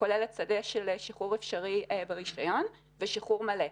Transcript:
כוללת שדה של שחרור אפשרי ברישיון ושחרור מלא.